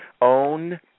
Own